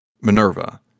Minerva